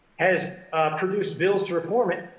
has produced bills to reform it,